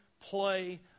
play